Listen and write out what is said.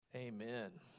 Amen